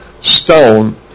stone